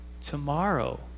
tomorrow